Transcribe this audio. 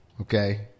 Okay